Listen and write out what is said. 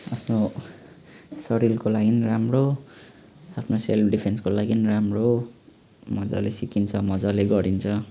आफ्नो शरीरको लागि राम्रो आफ्नो सेल्फ डिफेन्सको लागि राम्रो मजाले सिकिन्छ मजाले गरिन्छ